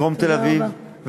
דרום תל-אביב,